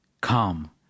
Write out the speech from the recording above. come